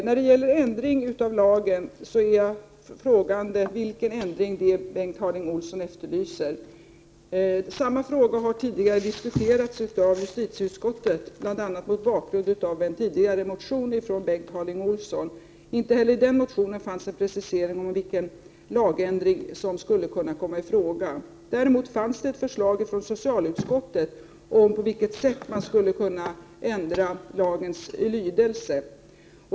När det gäller en ändring av lagen undrar jag vilken ändring det är Bengt Harding Olson efterlyser. Samma fråga har tidigare diskuterats i justitieutskottet, bl.a. mot bakgrund av en tidigare motion från Bengt Harding Olson. Inte heller i motionen fanns någon precisering av vilken lagändring som skulle kunna komma i fråga. Däremot fanns det ett förslag från socialutskottet om på vilket sätt man skulle kunna ändra lagens lydelse.